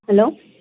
hello